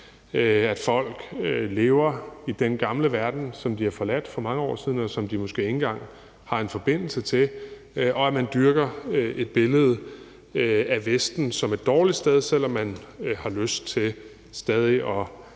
at folk lever i den gamle verden, som de har forladt for mange år siden, og som de måske ikke engang har en forbindelse til, og at man dyrker et billede af Vesten som et dårligt sted, selv om man har lyst til stadig at